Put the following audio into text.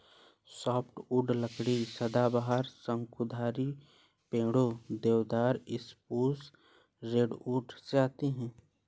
softwood लकड़ी सदाबहार, शंकुधारी पेड़ों, देवदार, स्प्रूस, रेडवुड से आती है